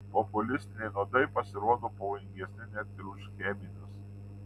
populistiniai nuodai pasirodo pavojingesni net ir už cheminius